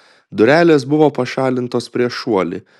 durelės buvo pašalintos prieš šuolį